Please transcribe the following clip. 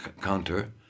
counter